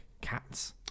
cats